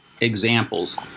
examples